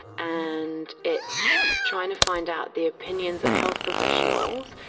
and it's trying to find out the opinions of health professionals.